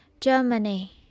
Germany